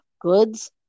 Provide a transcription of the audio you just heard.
goods